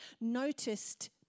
noticed